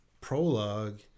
prologue